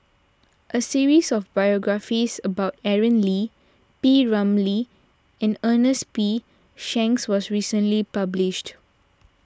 a series of biographies about Aaron Lee P Ramlee and Ernest P Shanks was recently published